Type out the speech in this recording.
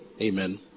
Amen